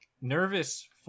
nervous